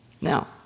Now